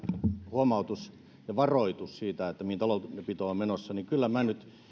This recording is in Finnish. huomautus ja varoitus siitä mihin taloudenpito on menossa niin kyllä minä nyt